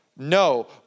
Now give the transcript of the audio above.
No